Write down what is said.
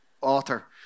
author